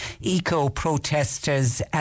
eco-protesters